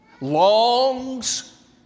longs